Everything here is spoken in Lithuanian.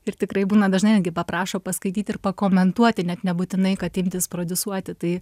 ir tikrai būna dažnai netgi paprašo paskaityt ir pakomentuoti net nebūtinai kad imtis prodiusuoti tai